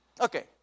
Okay